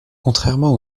contrairement